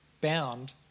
bound